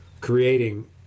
creating